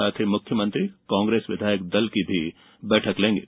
साथ ही मुख्यमंत्री कांग्रेस विधायक दल की भी बैठक लेंगे